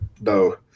no